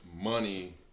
money